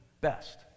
best